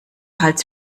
hals